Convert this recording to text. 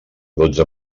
dotze